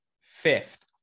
fifth